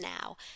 Now